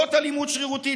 זאת אלימות שרירותית,